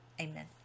Amen